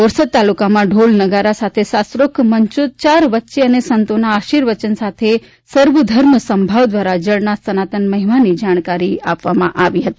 બોરસદ તાલુકામાં ઢોલ નગારા સામે શસ્ત્રોકત મંત્રોચ્ચાર વચ્ચે અને સંતોના આર્શીવચન સાથે સર્વધર્મ સમભાવ દ્વારા જળના સનાનત મહિમાની જાણકારી આપવામાં આવી હતી